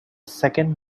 second